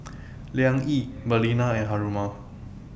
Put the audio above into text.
Liang Yi Balina and Haruma